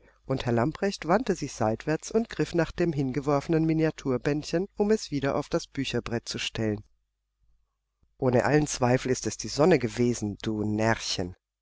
und herr lamprecht wandte sich seitwärts und griff nach dem hingeworfenen miniaturbändchen um es wieder auf das bücherbrett zu stellen ohne allen zweifel ist es die sonne gewesen du